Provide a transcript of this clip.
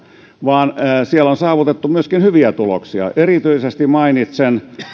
vaan siellä on saavutettu myöskin hyviä tuloksia erityisesti mainitsen